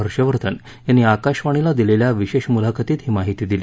हर्षवर्धन यांनी आकाशवाणीला दिलेल्या विशेष मुलाखतीत ही माहिती दिली